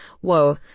Whoa